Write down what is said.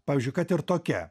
pavyzdžiui kad ir tokia